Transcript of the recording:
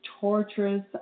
torturous